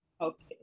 okay